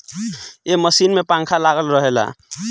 ए machine में पंखा लागल रहेला